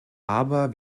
aber